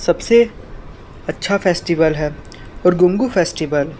सबसे अच्छा फ़ेस्टिवल है अर्गुंगु फेस्टिवल